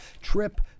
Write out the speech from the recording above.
trip